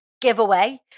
giveaway